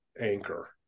anchor